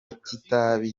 kitabi